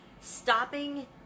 stopping